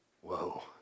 whoa